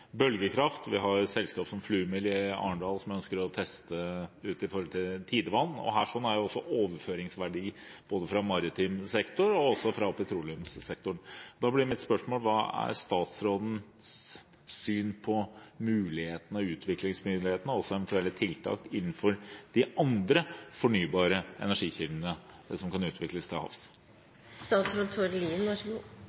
bølgekraft. Vi har et selskap i Arendal, Flumil, som ønsker å teste ut bruken av tidevann. Dette har også overføringsverdi fra både maritim sektor og petroleumssektoren. Mitt spørsmål blir da: Hva er statsrådens syn på mulighetene, utviklingsmulighetene og eventuelle tiltak innenfor de andre fornybare energikildene som kan utvikles til havs? Jeg noterer meg ut fra replikkordskiftet – til min store glede – at vi ikke er så